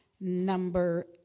number